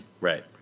Right